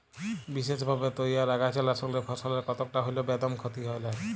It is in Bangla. বিসেসভাবে তইয়ার আগাছানাসকলে ফসলের কতকটা হল্যেও বেদম ক্ষতি হয় নাই